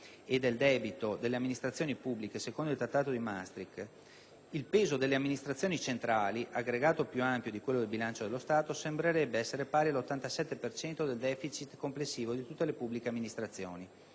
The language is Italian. e del debito delle amministrazioni pubbliche secondo il Trattato di Maastricht, il peso delle amministrazioni centrali (aggregato più ampio di quello del bilancio dello Stato) sembrerebbe essere pari all'87 per cento del deficit complessivo di tutte le pubbliche amministrazioni.